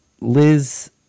Liz